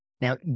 Now